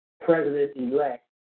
President-elect